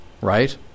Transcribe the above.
right